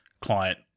client